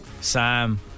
Sam